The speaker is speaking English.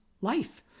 life